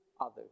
others